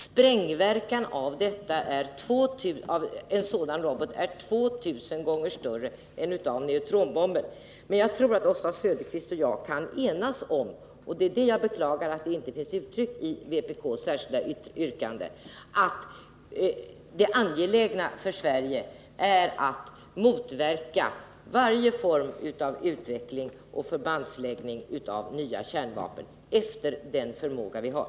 Sprängverkan av en sådan robot är 2 000 gånger större än av neutronbomben. Jag tror att Oswald Söderqvist och jag kan enas om — och jag beklagar att det inte finns uttryckt i vpk:s särskilda yrkande — att det angelägna för Sverige är att motverka varje form av utveckling och förbandsläggning av nya kärnvapen efter den förmåga vi har.